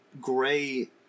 gray